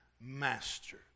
master